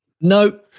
No